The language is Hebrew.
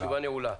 ישיבה זו נעולה.